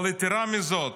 אבל יתרה מזאת,